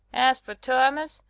as for thomas,